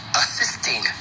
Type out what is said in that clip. assisting